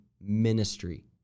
ministry